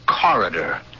corridor